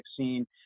vaccine